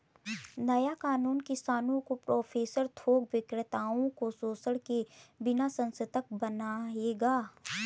नया कानून किसानों को प्रोसेसर थोक विक्रेताओं को शोषण के बिना सशक्त बनाएगा